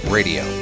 Radio